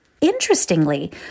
Interestingly